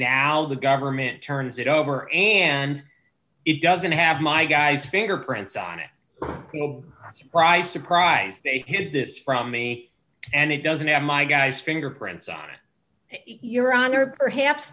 now the government turns it over and it doesn't have my guy's fingerprints on it will surprise surprise they hid this from me and it doesn't have my guy's fingerprints on it your honor perhaps